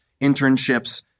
Internships